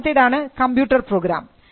ഒന്നാമത്തേതാണ് computer programme